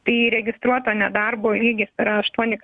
tai registruoto nedarbo lygis yra aštuoni